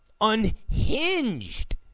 unhinged